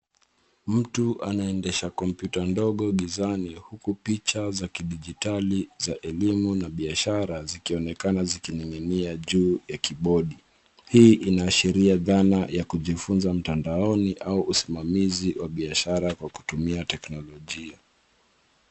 Mtu anaendesha kompyuta ndogo gizani huku picha za kidijitali za elimu na biashara zikionekana zikining’inia juu ya kibodi. Hii inaashiria dgana ya kujifunzia mtandaoni au usimamizi wa biashara kwa kutumia teknolojia.